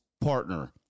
partner